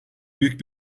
büyük